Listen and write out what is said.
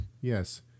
yes